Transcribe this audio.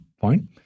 point